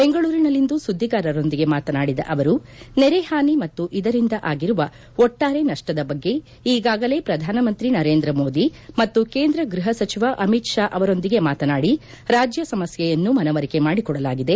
ಬೆಂಗಳೂರಿನಲ್ಲಿಂದು ಸುದ್ದಿಗಾರರೊಂದಿಗೆ ಮಾತನಾಡಿದ ಅವರು ನೆರೆ ಹಾನಿ ಮತ್ತು ಇದರಿಂದ ಆಗಿರುವ ಒಟ್ಟಾರೆ ನಷ್ಷದ ಬಗ್ಗೆ ಈಗಾಗಲೇ ಪ್ರಧಾನಮಂತ್ರಿ ನರೇಂದ್ರ ಮೋದಿ ಮತ್ತು ಕೇಂದ್ರ ಗೃಹ ಸಚವ ಅಮಿತ್ ಶಾ ಅವರೊಂದಿಗೆ ಮಾತನಾಡಿ ರಾಜ್ಯ ಸಮಸ್ಠೆಯನ್ನು ಮನವರಿಕೆ ಮಾಡಿಕೊಡಲಾಗಿದೆ